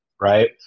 right